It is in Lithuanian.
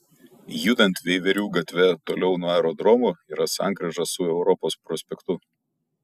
judant veiverių gatve toliau nuo aerodromo yra sankryža su europos prospektu